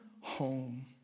home